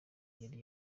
yari